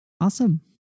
Awesome